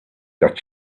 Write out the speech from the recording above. that